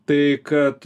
tai kad